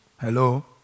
Hello